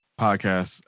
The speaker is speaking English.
podcast